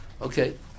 Okay